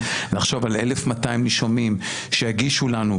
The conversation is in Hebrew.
לחשוב על 1,200 נישומים שיגישו לנו,